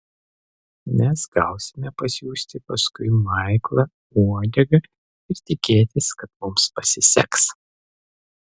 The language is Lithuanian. mes gausime pasiųsti paskui maiklą uodegą ir tikėtis kad mums pasiseks